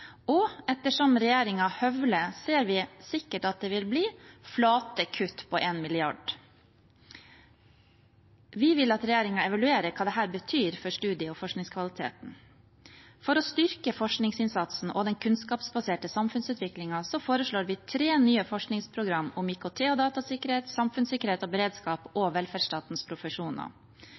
og etter som regjeringen høvler, ser vi at det sikkert vil bli flate kutt på 1 mrd. kr. Vi vil at regjeringen evaluerer hva dette betyr for studie- og forskningskvaliteten. For å styrke forskningsinnsatsen og den kunnskapsbaserte samfunnsutviklingen foreslår vi tre nye forskningsprogram om IKT og datasikkerhet, samfunnssikkerhet og beredskap og velferdsstatens profesjoner.